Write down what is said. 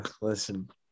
listen